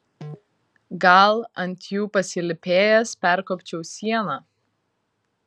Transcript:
gal ant jų pasilypėjęs perkopčiau sieną